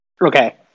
Okay